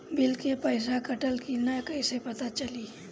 Bill के पइसा कटल कि न कइसे पता चलि?